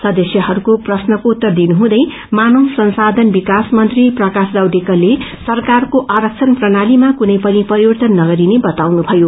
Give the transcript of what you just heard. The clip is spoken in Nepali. सदस्यहरूको प्रयोग उत्तर दिनुहुँदै मानव संशायन विकास मंत्री प्रकाश जावेडकरले सरकारको आरक्षण प्रणालीमा कुनै पनि परिवर्तन नगरिने बताउनुमयो